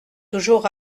toujours